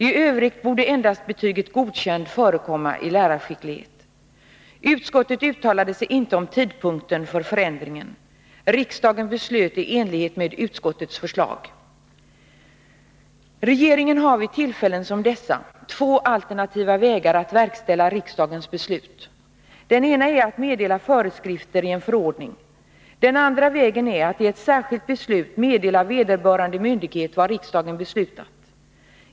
I övrigt borde endast betyget ”godkänd” förekomma i lärarskicklighet. Utskottet uttalade sig inte om tidpunkten för förändringen. Riksdagen beslöt i enlighet med utskottets förslag . Regeringen har vid tillfällen som dessa två alternativa vägar att verkställa riksdagens beslut. Den ena är att meddela föreskrifter i en förordning. Den andra vägen är att i ett särskilt beslut meddela vederbörande myndighet vad riksdagen beslutat.